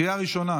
קריאה ראשונה.